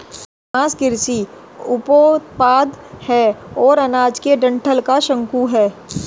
घास कृषि उपोत्पाद है और अनाज के डंठल का शंकु है